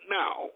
now